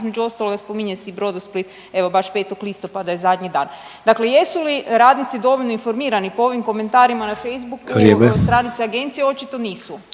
između ostaloga, spominje se i Brodosplit, evo baš 5. listopada je zadnji dan. Dakle jesu li radnici dovoljno informirani? Po ovim komentarima na Facebooku .../Upadica: Vrijeme./...